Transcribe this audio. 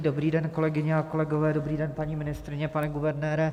Dobrý den, kolegyně a kolegové, dobrý den, paní ministryně, pane guvernére.